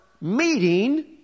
meeting